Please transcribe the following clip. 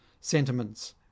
sentiments